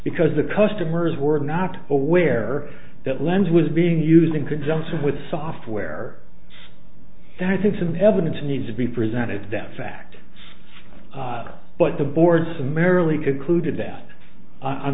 because the customers were not aware that lens was being used in conjunction with software that i think some evidence needs to be presented that fact but the board summarily concluded that on